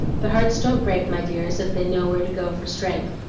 but hearts don't break, my dears, if they know where to go for strength.